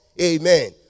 Amen